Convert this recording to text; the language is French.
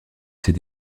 ces